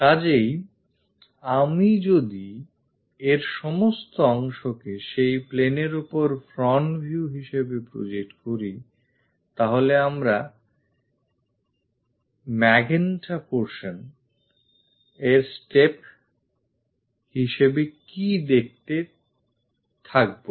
কাজেই আমি যদি এর সমস্ত অংশকে সেই plane এর উপর front view হিসেবে project করি তাহলে আমরা magenta portionএর steps হিসেবে কি দেখতে থাকবো